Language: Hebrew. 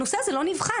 הנושא הזה לא נבחן.